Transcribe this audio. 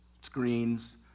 screens